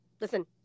Listen